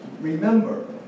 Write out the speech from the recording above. Remember